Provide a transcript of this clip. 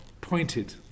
pointed